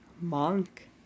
monk